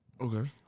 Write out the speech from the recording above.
Okay